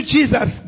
Jesus